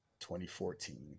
2014